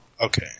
Okay